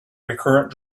recurrent